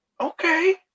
okay